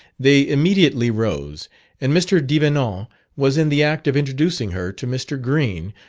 they immediately rose and mr. devenant was in the act of introducing her to mr. green,